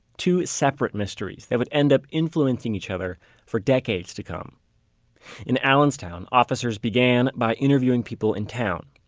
two separate mysteries that would end up influencing each other for decades to come in allenstown, officers began by interviewing people in town.